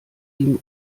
ihm